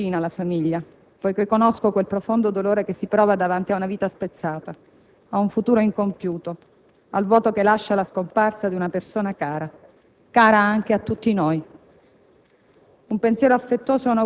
Mi sento intimamente vicina alla famiglia perché conosco quel profondo dolore che si prova davanti a una vita spezzata, a un futuro incompiuto, al vuoto che lascia la scomparsa di una persona cara, cara anche a tutti noi.